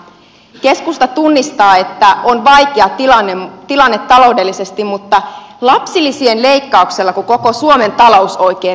keskusta tunnistaa että on vaikea tilanne taloudellisesti mutta lapsilisien leikkauksellako koko suomen talous oikein oikenee